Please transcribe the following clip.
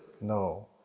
No